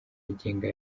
yigenga